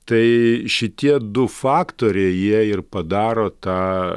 tai šitie du faktoriai jie ir padaro tą